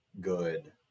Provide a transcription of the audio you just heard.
good